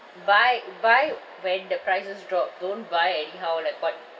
buy buy when the prices drop don't buy anyhow like what